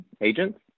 agents